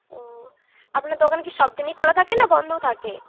ও আপনার দোকান কি সব দিনই খোলা থাকে না বন্ধও থাকে